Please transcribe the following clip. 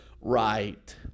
right